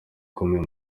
ukomeye